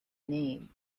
name